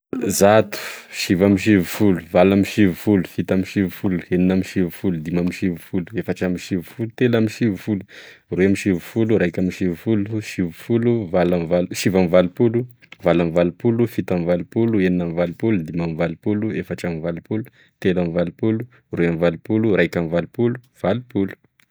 Zato, sivy amby sivifolo, valo amby sivifolo, fito amby sivifolo, enina amby sivifolo, dimy amby sivifolo, efatra amby sivifolo, telo amby sivifolo, roy amby sivifolo, raika amby sivifolo, sivifolo, valambi- sivy amby valopolo, valo amby valopolo, fito amby valopolo, enina amby valopolo, dimy amby valopolo, efatra amby valopolo, telo amby valopolo, roy amby valopolo, raika ambyvalopolo, valopolo